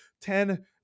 ten